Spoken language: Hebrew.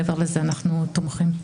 מעבר לזה אנחנו תומכים.